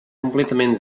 completamente